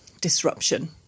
Disruption